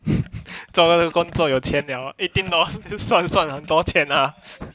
做这个工作有钱了 eighteen dollars 算算很多钱 ah